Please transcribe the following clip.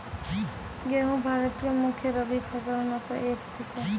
गेहूँ भारत के मुख्य रब्बी फसल मॅ स एक छेकै